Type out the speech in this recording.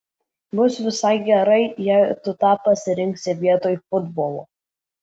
bus visai gerai jei tu tą pasirinksi vietoj futbolo